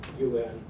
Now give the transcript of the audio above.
UN